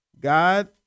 God